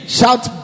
Shout